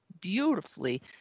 beautifully